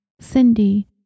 Cindy